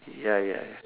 ya ya ya